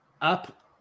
Up